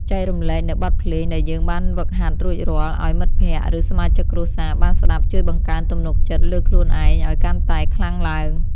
ចែករំលែកនូវបទភ្លេងដែលយើងបានហ្វឹកហាត់រួចរាល់ឱ្យមិត្តភក្តិ ឬសមាជិកគ្រួសារបានស្ដាប់ជួយបង្កើនទំនុកចិត្តលើខ្លួនឯងឱ្យកាន់តែខ្លាំងឡើង។